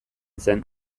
zen